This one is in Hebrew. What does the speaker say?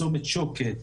צומת שוקת,